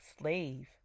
slave